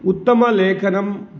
उत्तम लेखनं